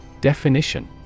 Definition